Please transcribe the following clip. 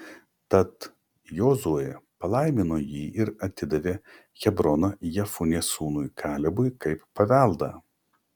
tad jozuė palaimino jį ir atidavė hebroną jefunės sūnui kalebui kaip paveldą